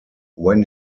when